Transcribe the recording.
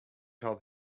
out